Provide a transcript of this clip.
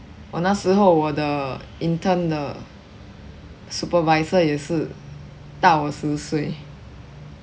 我那时候我的 intern 的 supervisor 也是大我十岁